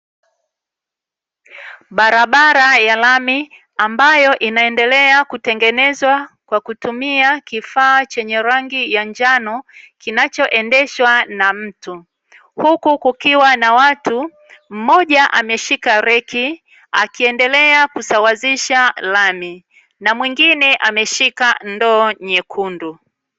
Barabara ya lami, ambayo inaendelea kutengenezwa kwa kutumia kifaa chenye rangi ya njano, kinachoendeshwa na mtu, huku kukiwa na watu. Mmoja ameshika reki akiendelea kusawazisha lami, na mwingine ameshika ndoo nyekundu.